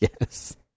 Yes